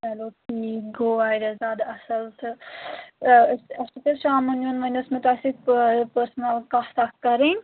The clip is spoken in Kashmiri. چلو ٹھیٖک گوٚو واریاہ زیادٕ اَصٕل تہٕ اَسہِ حظ شامَن یُن وۄنۍ ٲس مےٚ تۄہہِ سۭتۍ پٔرسٕنَل کَتھ اَکھ کَرٕنۍ